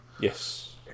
Yes